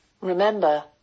Remember